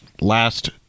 last